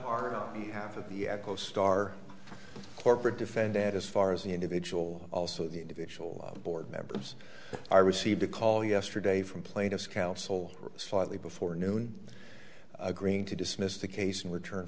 her you have the echo star corporate defendant as far as the individual also the individual board members i received a call yesterday from plaintiff's counsel slightly before noon agreeing to dismiss the case in return